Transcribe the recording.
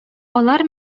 алар